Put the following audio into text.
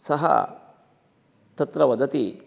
सः तत्र वदति